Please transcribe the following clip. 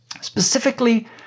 Specifically